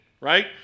Right